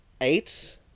Eight